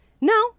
No